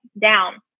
down